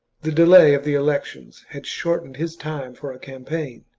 the delay of the elections had shortened his time for a campaign,